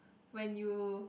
when you